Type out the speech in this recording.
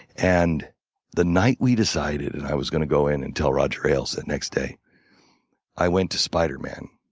and the night we decided and i was going to go in and tell roger ales that next day i went to spiderman.